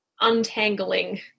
untangling